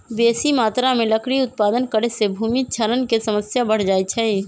बेशी मत्रा में लकड़ी उत्पादन करे से भूमि क्षरण के समस्या बढ़ जाइ छइ